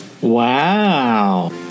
Wow